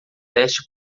teste